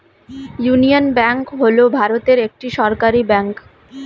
union bank হল ভারতের একটি সরকারি ব্যাঙ্ক